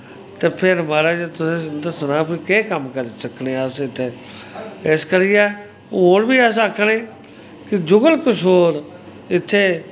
ते फिर मारज़ तुसें दस्सो ना केह् कम्म करी सकने आस इत्थें इस करियै हून बी अस आखने कि जुगल किशोर इत्थै